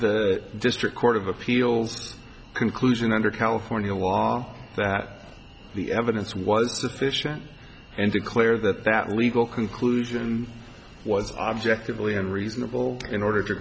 the district court of appeals conclusion under california law that the evidence was sufficient and declare that that legal conclusion was objectively and reasonable in order to